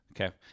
Okay